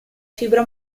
fibra